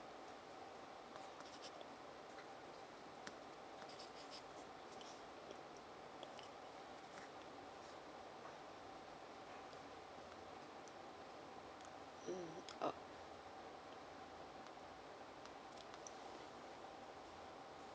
mm oh